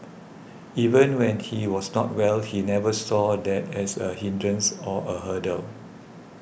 even when he was not well he never saw that as a hindrance or a hurdle